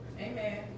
Amen